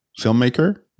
filmmaker